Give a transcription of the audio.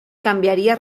canviaria